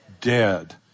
Dead